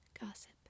Gossip